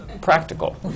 practical